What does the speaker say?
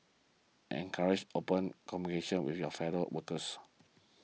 encourage open with your fellow workers